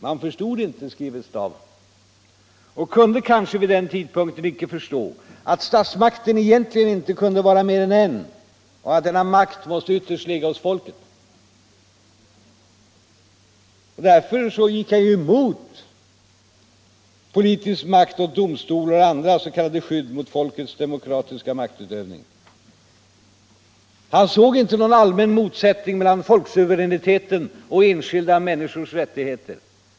”Han förstod inte”, skriver Staaff, ”och kunde kanske vid den tidpunkten icke förstå, att statsmakten egentligen inte kunde vara mer än en, och att denna makt måste ytterst ligga hos folket.” Därför gick Staaff emot politisk makt åt domstolar och andra s.k. skydd mot folkets demokratiska maktutövning. Han såg inte någon allmän motsättning mellan folksuveräniteten och enskilda människors rättigheter.